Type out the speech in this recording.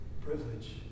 privilege